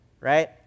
right